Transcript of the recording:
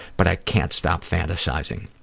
but i can't stop fantasizing.